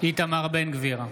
איתמר בן גביר,